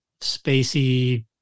spacey